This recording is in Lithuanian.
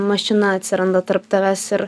mašina atsiranda tarp tavęs ir